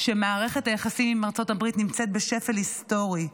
שמערכת היחסים עם ארצות הברית נמצאת בשפל היסטורי?